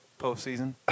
postseason